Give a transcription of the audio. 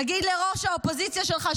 תגיד לראש האופוזיציה שלך,